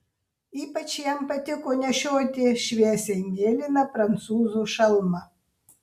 ypač jam patiko nešioti šviesiai mėlyną prancūzų šalmą